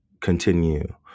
continue